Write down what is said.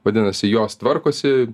vadinasi jos tvarkosi